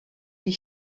die